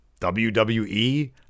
WWE